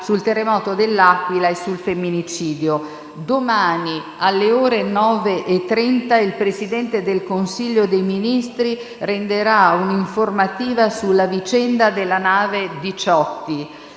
sul terremoto di L'Aquila e sul femminicidio. Domani, alle ore 9,30, il Presidente del Consiglio dei ministri renderà un'informativa sulla vicenda della nave Diciotti.